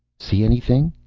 see anything?